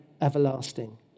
everlasting